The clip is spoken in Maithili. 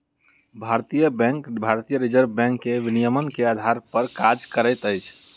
भारतीय बैंक भारतीय रिज़र्व बैंक के विनियमन के आधार पर काज करैत अछि